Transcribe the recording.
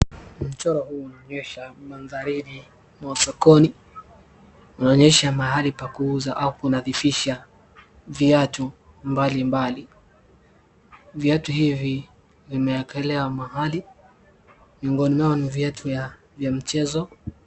Mchoro huu unaonyesha mandharini mwa sokoni ,unaonyesha mahali pa kuuza au kunadhifisha viatu mbalimbali. Viatu hivi vimewekelewa mahali miongoni mwao ni viatu ya michezo.